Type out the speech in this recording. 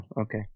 okay